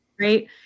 right